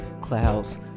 Clouds